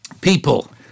People